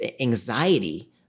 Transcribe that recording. anxiety